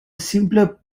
simpler